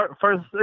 first